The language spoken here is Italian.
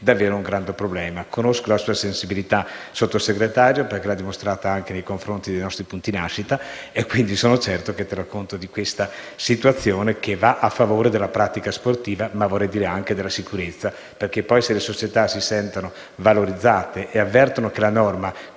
davvero un grande problema. Conosco la sua sensibilità, signor Sottosegretario, perché l'ha dimostrata anche nei confronti dei nostri punti nascita; quindi sono certo che terrà conto di questa situazione, che va a favore della pratica sportiva e vorrei dire anche della sicurezza. Perché poi, se le società si sentono valorizzate e avvertono che la norma